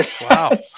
Wow